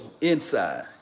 inside